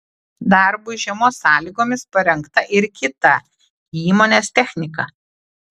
darbui žiemos sąlygomis parengta ir kita įmonės technika